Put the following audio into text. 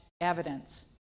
evidence